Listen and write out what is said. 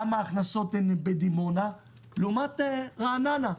כמה הכנסות בדימונה לעומת רעננה.